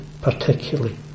particularly